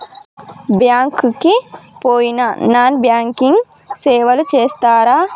Bank కి పోయిన non banking సేవలు చేస్తరా?